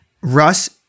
russ